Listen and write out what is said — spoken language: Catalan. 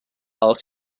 els